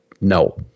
No